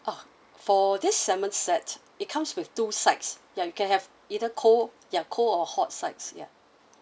oh for this salmon set it comes with two sides ya you can have either cold yeah cold or hot sides ya